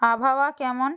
আবহাওয়া কেমন